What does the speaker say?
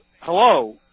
Hello